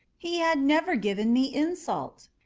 he had never given me insult.